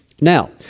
Now